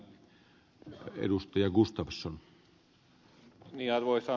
arvoisa puhemies